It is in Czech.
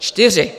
Čtyři.